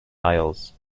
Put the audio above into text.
isles